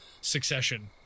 succession